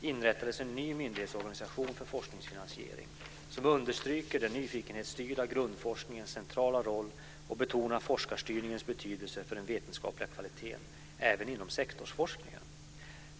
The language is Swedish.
inrättades en ny myndighetsorganisation för forskningsfinansiering som understryker den nyfikenhetsstyrda grundforskningens centrala roll och betonar forskarstyrningens betydelse för den vetenskapliga kvaliteten även inom sektorsforskningen.